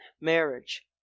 marriage